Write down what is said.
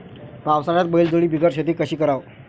पावसाळ्यात बैलजोडी बिगर शेती कशी कराव?